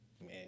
man